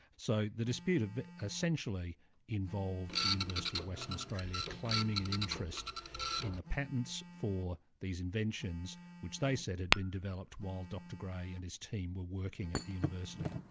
so the dispute essentially involved the university of western australia claiming an interest in the patents for these inventions, which they said had been developed while dr gray and his team were working at the university.